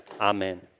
Amen